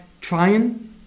trying